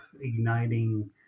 igniting